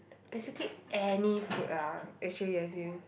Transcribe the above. basically any food ah actually I feel